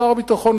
שר הביטחון,